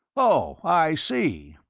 oh, i see,